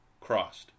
Crossed